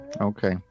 okay